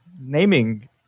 naming